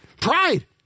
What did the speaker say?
pride